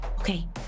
Okay